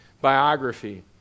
biography